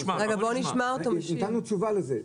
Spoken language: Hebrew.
--- נתנו תשובה לזה.